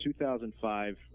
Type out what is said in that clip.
2005